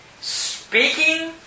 speaking